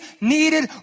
needed